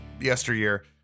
yesteryear